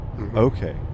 Okay